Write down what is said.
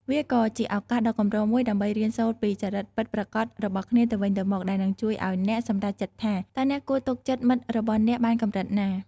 វាក៏ជាឱកាសដ៏កម្រមួយដើម្បីរៀនសូត្រពីចរិតពិតប្រាកដរបស់គ្នាទៅវិញទៅមក ដែលនឹងជួយឱ្យអ្នកសម្រេចចិត្តថា តើអ្នកគួរទុកចិត្តមិត្តរបស់អ្នកបានកម្រិតណា។